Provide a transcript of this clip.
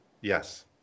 Yes